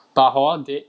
but hor they